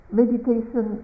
meditation